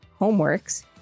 homeworks